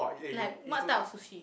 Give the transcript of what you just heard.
like what type of sushi